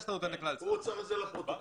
הוא צריך את זה לפרוטוקול.